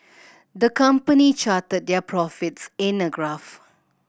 the company charted their profits in a graph